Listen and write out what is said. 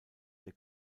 der